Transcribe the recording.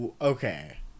Okay